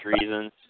reasons